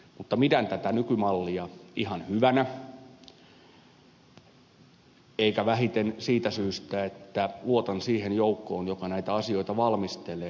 mutta pidän tätä nykymallia ihan hyvänä enkä vähiten siitä syystä että luotan siihen joukkoon joka näitä asioita valmistelee